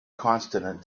consonant